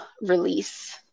release